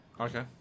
Okay